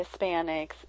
Hispanics